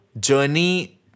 journey